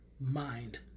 mind